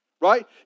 right